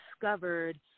discovered